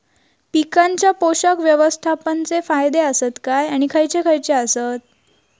पीकांच्या पोषक व्यवस्थापन चे फायदे आसत काय आणि खैयचे खैयचे आसत?